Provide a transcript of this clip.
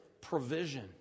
provision